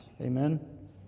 Amen